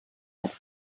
als